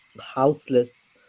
houseless